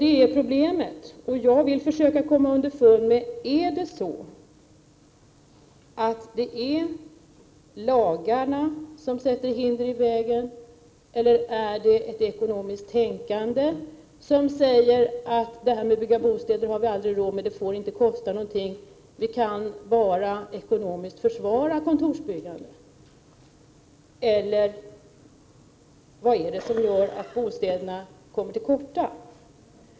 Det är problemet, och jag vill försöka komma underfund med om det är lagarna som sätter hinder i vägen eller om det är ett ekonomiskt tänkande som säger att bostadsbyggande har vi aldrig råd med. Det får inte kosta någonting, och ekonomiskt går det bara att försvara kontorsbyggande. Eller vad är det som gör att bostäderna kommer till korta?